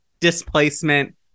Displacement